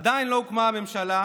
עדיין לא הוקמה הממשלה,